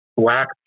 Black